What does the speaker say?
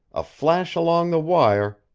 a flash along the wire,